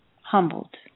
humbled